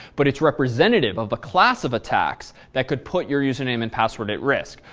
but it's representative of the class of attacks that could put your username and password at risk.